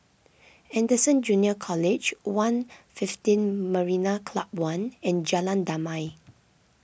Anderson Junior College one fifteen Marina Club one and Jalan Damai